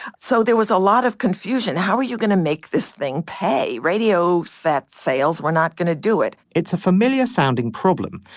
so there was a lot of confusion. how are you going to make this thing pay. radio sets sales we're not going to do it it's a familiar sounding problem.